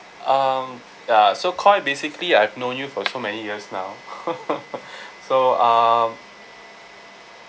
um ya so koi basically I've known you for so many years now so um